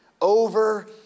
over